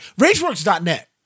Rageworks.net